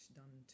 done